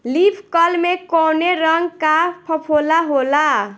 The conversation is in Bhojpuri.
लीफ कल में कौने रंग का फफोला होला?